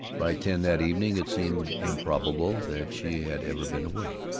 by ten that evening it seemed improbable that she had ever been away.